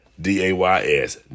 D-A-Y-S